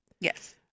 Yes